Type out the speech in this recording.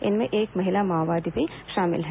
इनमें एक महिला माओवादी भी शामिल हैं